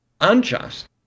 unjust